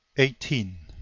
eighteen.